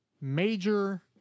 major